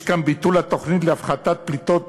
יש כאן ביטול התוכנית להפחתת פליטות